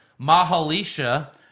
Mahalisha